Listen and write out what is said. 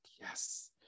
yes